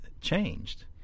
changed